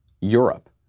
Europe